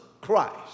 Christ